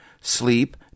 sleep